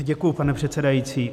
Děkuji, pane předsedající.